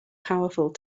powerful